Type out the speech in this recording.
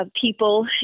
people